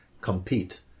compete